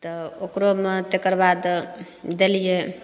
तऽ ओकरोमे तकरबाद देलियै